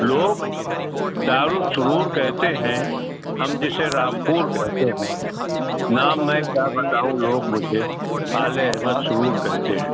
لوگ دار السرور کہتے ہیں ہم جسے رامپور کہتے ہیں نام میں کیا بتاؤں لوگ مجھے آل احمد سرور کہتے ہیں